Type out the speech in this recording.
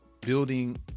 building